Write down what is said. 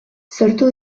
sortu